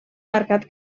marcat